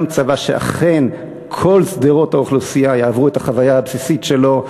גם צבא שאכן כל שדרות האוכלוסייה יעברו את החוויה הבסיסית שלו,